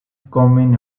comen